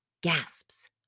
gasps